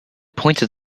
pointed